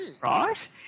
right